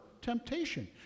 temptation